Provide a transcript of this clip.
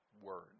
word